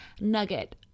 nugget